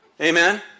Amen